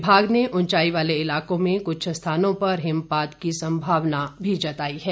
विभाग ने उंचाई वाले इलाकों में कुछ स्थानों पर हिमपात की संभावना भी जताई है